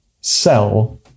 sell